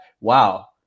wow